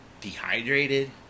Dehydrated